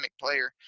player